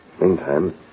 Meantime